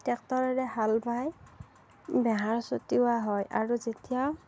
ট্ৰেক্টৰেৰে হাল বাই বেহাৰ ছটিওয়া হয় আৰু যেতিয়া